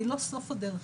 היא לא סוף הדרך,